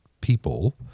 people